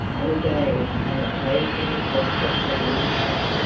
and he gave an occasional desperate-sounding puff,